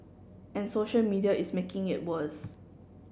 and social media is making it worse